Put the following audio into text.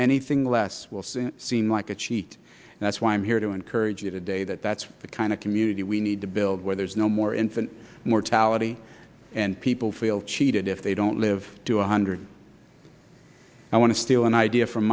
anything less will soon seem like a cheat that's why i'm here to encourage you to day that that's the kind of community we need to build where there's no more infant mortality and people feel cheated if they don't live to one hundred i want to steal an idea from